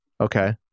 Okay